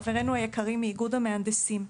חברינו היקרים מאיגוד המהנדסים,